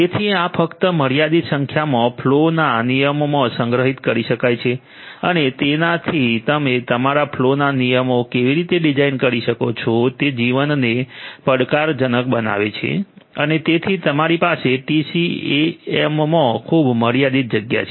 તેથી આ ફક્ત મર્યાદિત સંખ્યામાં ફલૉ ના નિયમો સંગ્રહિત કરી શકાય છે અને તેનાથી તમે તમારા ફલૉ ના નિયમો કેવી રીતે ડિઝાઇન કરી શકો છો તે જીવનને પડકારજનક બનાવે છે અને તેથી તમારી પાસે ટીસીએએમમાં ખૂબ મર્યાદિત જગ્યા છે